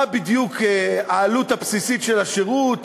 מה בדיוק העלות הבסיסית של השירות,